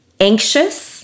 anxious